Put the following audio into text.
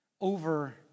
over